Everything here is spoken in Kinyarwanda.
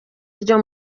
ryo